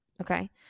Okay